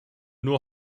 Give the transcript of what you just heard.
nur